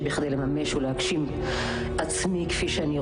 לא ראיתי את עצמי על המסך בסרטי המופת שהקרינו לי.